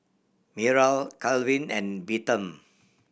Myrle Calvin and Bethann